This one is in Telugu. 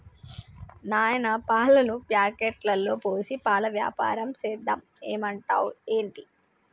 నాయనా పాలను ప్యాకెట్లలో పోసి పాల వ్యాపారం సేద్దాం ఏమంటావ్ ఏంటి